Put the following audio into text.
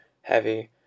heavy